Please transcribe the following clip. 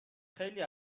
خیلی